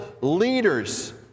leaders